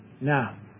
now